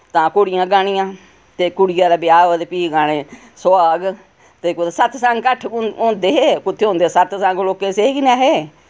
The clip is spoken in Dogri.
तां घोड़ियां गानियां ते कुड़ियें दा ब्याह् होऐ ते फ्ही गाने सुहाग ते कुतै सतसंग घट्ट होंदे हे कुत्थै हे सतसंग लोकें सेही गै नेहा हे